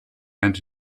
and